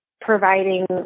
providing